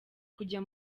kujya